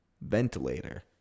Ventilator